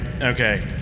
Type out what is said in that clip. okay